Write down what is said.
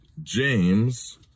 James